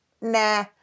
Nah